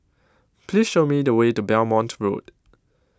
Please Show Me The Way to Belmont Road